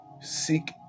seek